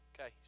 Okay